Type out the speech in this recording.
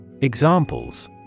Examples